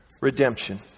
Redemption